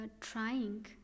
trying